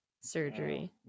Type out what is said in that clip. surgery